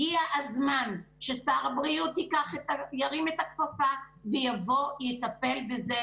הגיע הזמן ששר הבריאות ירים את הכפפה ויבוא ויטפל בזה,